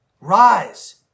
rise